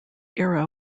era